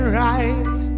right